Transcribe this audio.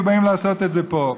ובאים לעשות את זה פה.